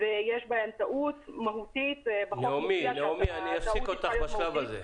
ויש בהן טעות מהותית --- אני אפסיק אותך בשלב הזה.